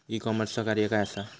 E कॉमर्सचा कार्य काय असा?